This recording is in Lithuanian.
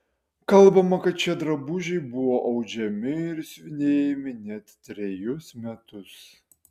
kalbama kad šie drabužiai buvo audžiami ir siuvinėjami net trejus metus